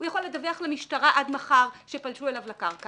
הוא יכול לדווח למשטרה עד מחר שפלשו אליו לקרקע,